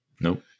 Nope